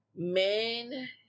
Men